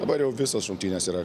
dabar jau visos rungtynės yra